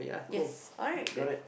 yes alright good